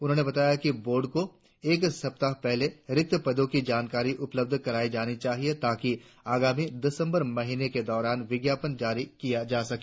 उन्होंने बताया कि बोर्ड को एक सप्ताह पहले रिक्त पदों की जानकारी उपलब्ध कराई जानी चाहिए ताकि आगामी दिसंबर महीने के दौरान विज्ञापन जारी किया जा सके